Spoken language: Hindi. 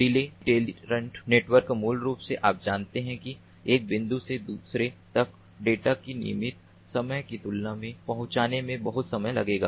डिले टोलेरंट नेटवर्क मूल रूप से आप जानते हैं कि एक बिंदु से दूसरे तक डेटा की नियमित समय की तुलना में पहुँचाने में बहुत समय लगेगा